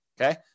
Okay